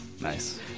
Nice